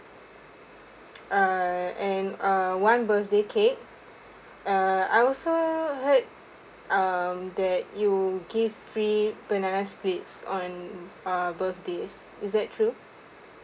err and uh one birthday cake uh I also heard um that you give free banana splits on uh birthday is that true